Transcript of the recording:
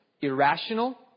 irrational